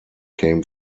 came